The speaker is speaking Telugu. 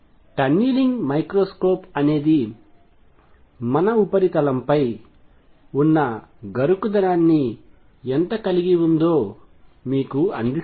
టన్నలింగ్ మైక్రోస్కోప్ అనేది మన ఉపరితలంపై ఉన్న గరుకుదనాన్ని ఎంత కలిగి ఉందో మీకు అందిస్తుంది